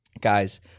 Guys